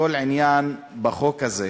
כל עניין בחוק הזה.